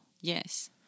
Yes